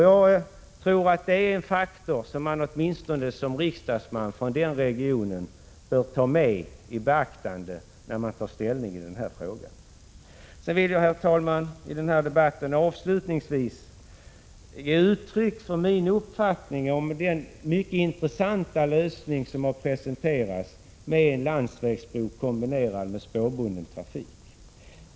Jag tror att det är en faktor som man åtminstone som riksdagsman från den regionen bör ta i beaktande när man tar ställning i den här frågan. Herr talman! Avslutningsvis i den här debatten vill jag ge uttryck för min uppfattning om den mycket intressanta lösning som har presenterats med en landsvägsbro kombinerad med spårbunden trafik.